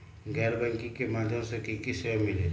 गैर बैंकिंग के माध्यम से की की सेवा मिली?